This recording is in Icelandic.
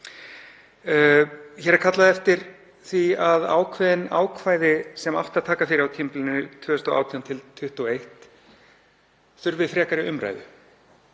Hér er kallað eftir því að ákveðin ákvæði, sem taka átti fyrir á tímabilinu 2018–2021, þurfi frekari umræðu.